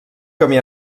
camí